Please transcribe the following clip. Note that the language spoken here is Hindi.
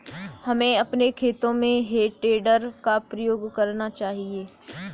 हमें अपने खेतों में हे टेडर का प्रयोग करना चाहिए